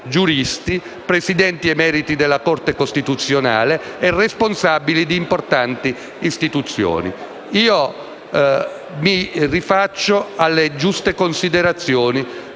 Presidenti emeriti della Corte costituzionale e responsabili di importanti istituzioni. Mi rifaccio alle giuste considerazioni